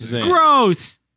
gross